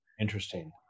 Interesting